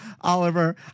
Oliver